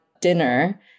dinner